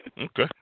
Okay